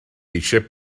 eisiau